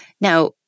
Now